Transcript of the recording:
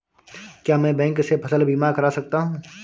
क्या मैं बैंक से फसल बीमा करा सकता हूँ?